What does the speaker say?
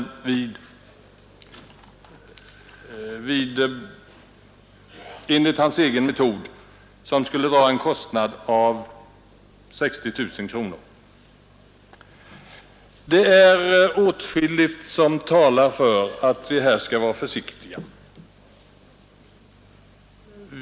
Mot detta skall då ställas kostnaderna för hans egen metod, 60 000 kronor per år. Åtskilligt talar för att vi här skall vara försiktiga.